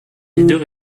leader